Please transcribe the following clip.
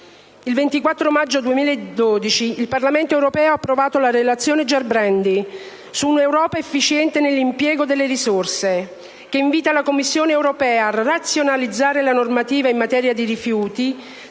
Il 24 maggio 2012 il Parlamento europeo ha approvato la relazione Gerbrandy su un'Europa efficiente nell'impiego delle risorse, che invita la Commissione europea a razionalizzare la normativa in materia di rifiuti